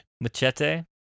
machete